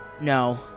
No